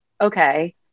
okay